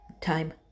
time